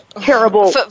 terrible